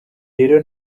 rero